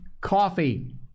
Coffee